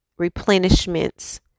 replenishments